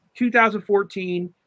2014